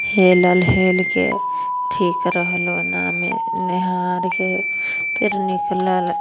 हेलल हेलके ठीक रहल ओनामे नहा आरके फेर निकलल